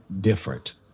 different